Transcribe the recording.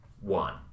one